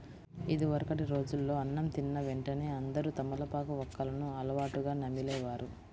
ఇదివరకటి రోజుల్లో అన్నం తిన్న వెంటనే అందరూ తమలపాకు, వక్కలను అలవాటుగా నమిలే వారు